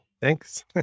Thanks